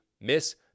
miss